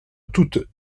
toute